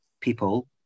people